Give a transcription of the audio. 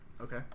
Okay